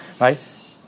right